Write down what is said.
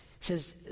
says